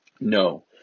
No